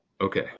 Okay